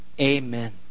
Amen